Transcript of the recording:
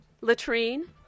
latrine